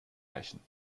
rächen